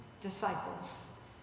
disciples